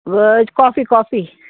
coffee coffee